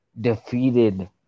defeated